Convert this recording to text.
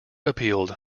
appealed